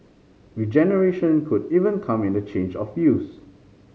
regeneration could even come in a change of use